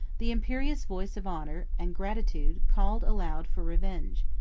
the imperious voice of honor and gratitude called aloud for revenge.